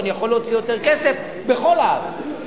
ואני יכול להוציא יותר כסף בכל הארץ.